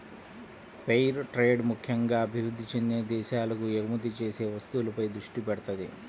fair trade ముక్కెంగా అభివృద్ధి చెందిన దేశాలకు ఎగుమతి చేసే వస్తువులపై దృష్టి పెడతది